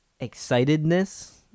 excitedness